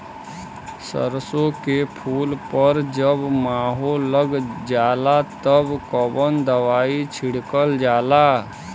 सरसो के फूल पर जब माहो लग जाला तब कवन दवाई छिड़कल जाला?